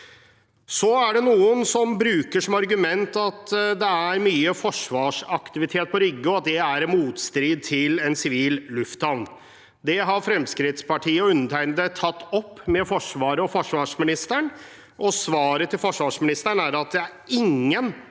Det er noen som bruker som argument at det er mye forsvarsaktivitet på Rygge, og at det står i motstrid til en sivil lufthavn. Det har Fremskrittspartiet og undertegnede tatt opp med Forsvaret og forsvarsministeren, og svaret til forsvarsministeren er at det ikke